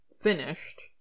finished